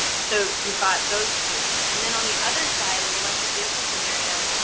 so you got those two. and then on the other side in the electric vehicle scenario,